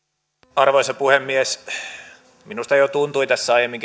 arvoisa puhemies minusta tuntui jo tässä aiemmin